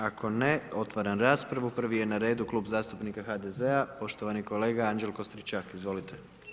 Ako ne, otvaram raspravu, prvi je na redu Klub zastupnika HDZ-a, poštovani kolega Anđelko Stričak, izvolite.